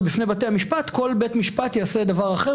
בפני בתי המשפט כל בית משפט יעשה דבר אחר,